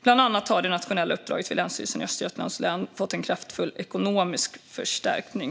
Bland annat har det nationella uppdraget vid Länsstyrelsen i Östergötlands län fått en kraftfull ekonomisk förstärkning.